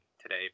today